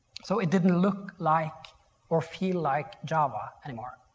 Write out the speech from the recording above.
so it didn't look like or feel like java anymore.